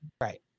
Right